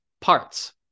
parts